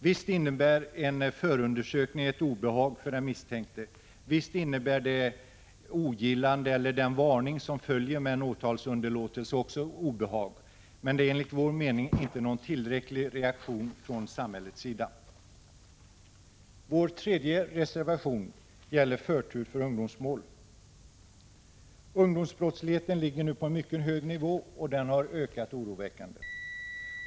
Visst innebär en förundersökning ett obehag för den misstänkte. Visst innebär det ogillande eller den varning som följer med en åtalsunderlåtelse också ett obehag. Men det är enligt vår mening inte någon tillräcklig reaktion från samhällets sida. Vår tredje reservation gäller förtur för ungdomsmål. Ungdomsbrottsligheten ligger nu på en mycket hög nivå, och den har ökat oroväckande.